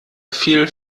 fiel